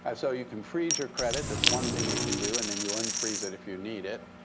and so you can freeze your credit. that's one thing you can do. and then you unfreeze it if you need it,